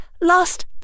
lost